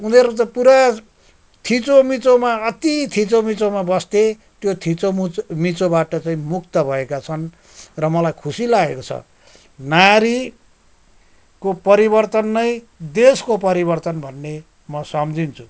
उनीहरू त पुरा थिचोमिचोमा अति थिचोमिचोमा बस्थे त्यो थिचो मुचो मिचोबाट चाहिँ मुक्त भएका छन् र मलाई खुसी लागेको छ नारीको परिवर्तन नै देशको परिवर्तन भन्ने म सम्झिन्छु